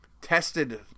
tested